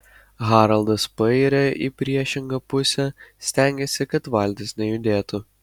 haraldas pairia į priešingą pusę stengiasi kad valtis nejudėtų